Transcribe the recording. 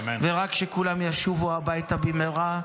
ורק שכולם ישובו הביתה במהרה -- אמן.